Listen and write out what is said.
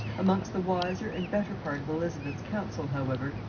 amongst the wiser and better part of elizabeth's council however,